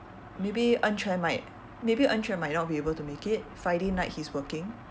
maybe en quan might maybe en quan might not be able to make it friday night he's working